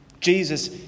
Jesus